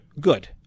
Good